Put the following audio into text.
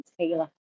Taylor